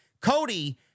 Cody